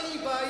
אין לי בעיה.